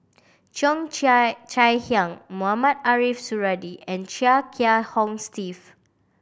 Cheo Chai Chai Hiang Mohamed Ariff Suradi and Chia Kiah Hong Steve